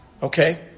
Okay